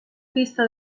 pista